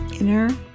inner